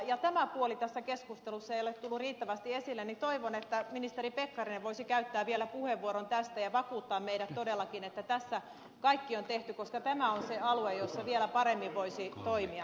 koska tämä puoli tässä keskustelussa ei ole tullut riittävästi esille niin toivon että ministeri pekkarinen voisi käyttää vielä puheenvuoron tästä ja vakuuttaa meidät todellakin että tässä kaikki on tehty koska tämä on se alue jossa vielä paremmin voisi toimia